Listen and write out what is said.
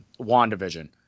WandaVision